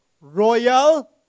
Royal